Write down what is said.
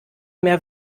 mehr